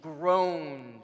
groaned